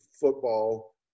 football